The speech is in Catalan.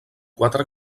quatre